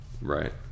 Right